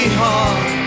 hard